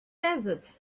desert